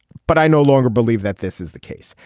but i no longer believe that this is the case.